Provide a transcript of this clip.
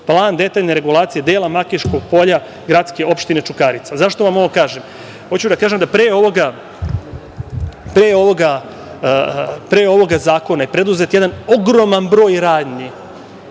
plan detaljne regulacije dela Makiškog polja gradske opštine Čukarica.Zašto vam ovo kažem? Hoću da kažem da pre ovoga zakona je preduzet jedan ogroman broj radnji,